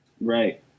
Right